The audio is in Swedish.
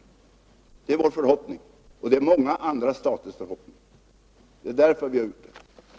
Det är vår förhoppning, och det är många andra staters förhoppning. Det är därför vi har röstat för PLO:s deltagande